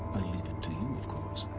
i leave it to you of course.